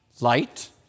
light